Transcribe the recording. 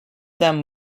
them